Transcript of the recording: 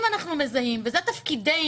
אם אנחנו מזהים וזה תפקידנו,